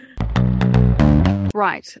Right